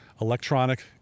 electronic